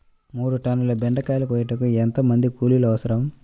మూడు టన్నుల బెండకాయలు కోయుటకు ఎంత మంది కూలీలు అవసరం?